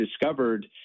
discovered